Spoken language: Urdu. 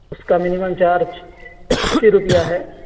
اِس کا مینمم چارج اَسی روپیہ ہے